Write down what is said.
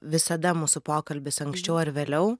visada mūsų pokalbis anksčiau ar vėliau